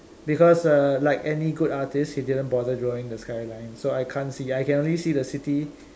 because err like any good artist he didn't bother drawing the skyline so I can't see I can only see the city